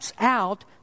out